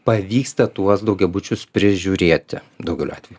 pavyksta tuos daugiabučius prižiūrėti daugeliu atvejų